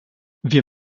wir